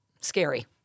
scary